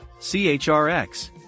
CHRX